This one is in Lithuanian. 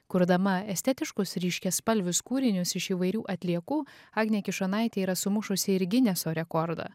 kurdama estetiškus ryškiaspalvius kūrinius iš įvairių atliekų agnė kišonaitė yra sumušusi ir gineso rekordą